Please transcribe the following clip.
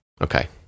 Okay